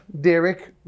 Derek